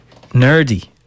nerdy